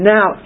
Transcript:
Now